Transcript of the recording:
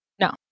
no